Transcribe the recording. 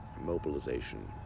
mobilization